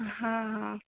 हँ